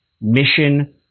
mission